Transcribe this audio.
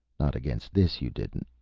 not against this, you didn't,